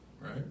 right